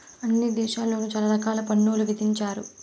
అన్ని దేశాల్లోను చాలా రకాల పన్నులు విధించారు